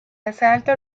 asalto